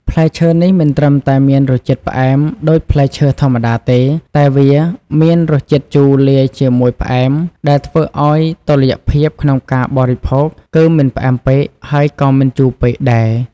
ផ្លែឈើនេះមិនត្រឹមតែមានរសជាតិផ្អែមដូចផ្លែឈើធម្មតាទេ តែវាមានរសជាតិជូរលាយជាមួយផ្អែមដែលធ្វើឱ្យមានតុល្យភាពក្នុងការបរិភោគ គឺមិនផ្អែមពេកហើយក៏មិនជូរពេកដែរ។